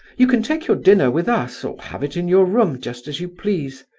you can take your dinner with us, or have it in your room, just as you please.